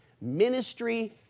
Ministry